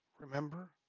Remember